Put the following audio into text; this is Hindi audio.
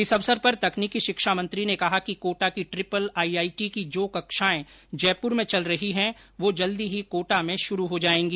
इस अवसर पर तकनीकी शिक्षा मंत्री ने कहा कि कोटा की ट्रिपल आईआईटी की जो कक्षायें जयपुर में चल रही हैं वह जल्दी ही कोटा में शुरु हो जायेंगी